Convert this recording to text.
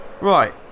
Right